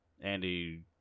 Andy